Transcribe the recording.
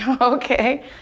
Okay